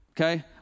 okay